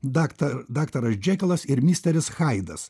daktar daktaras džekilas ir misteris haidas